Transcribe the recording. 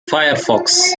firefox